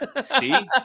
See